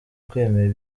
kwemera